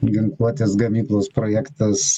ginkluotės gamyklos projektas